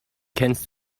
kennst